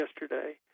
yesterday